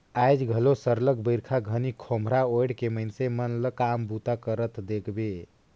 आएज घलो सरलग बरिखा घनी खोम्हरा ओएढ़ के मइनसे मन ल काम बूता करत देखबे